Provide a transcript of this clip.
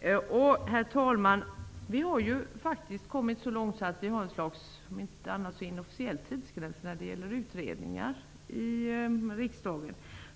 i den här frågan. Herr talman! Vi har ju faktiskt kommit så långt att vi i riksdagen har ett slags -- om inte annat så i alla fall inofficiell -- tidsgräns när det gäller utredningar.